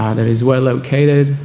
ah that is well located,